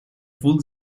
voelde